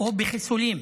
או בחיסולים,